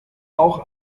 auch